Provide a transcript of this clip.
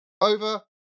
over